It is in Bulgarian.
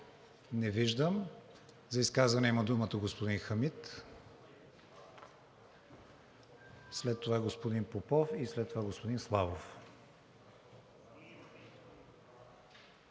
Не виждам. За изказване има думата господин Хамид, след това господин Попов и след това господин Славов.